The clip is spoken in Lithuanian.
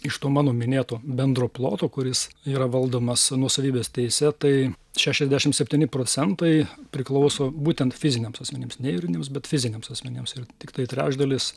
iš to mano minėto bendro ploto kuris yra valdomas nuosavybės teise tai šešiasdešim septyni procentai priklauso būtent fiziniams asmenims ne juridiniams bet fiziniams asmenims ir tiktai trečdalis